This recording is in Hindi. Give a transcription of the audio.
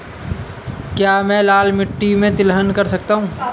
क्या मैं लाल मिट्टी में तिलहन कर सकता हूँ?